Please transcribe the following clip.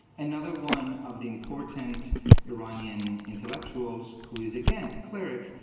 another one of the important iranian intellectuals, who is again, a cleric,